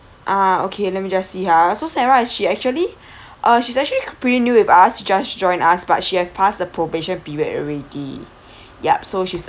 ah okay let me just see ha so sarah she actually uh she's actually pretty new with us she just join us but she have passed the probation period already yup so she's